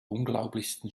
unglaublichsten